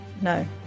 no